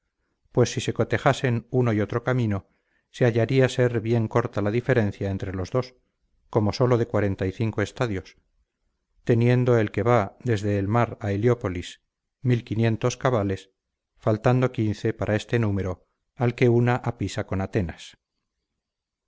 pues si se cotejasen uno y otro camino se hallaría ser bien corta la diferencia entre los dos como solo de estadios teniendo el que va desde el mar a heliópolis cabales faltando para este número al que una a pisa con atenas